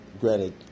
Granted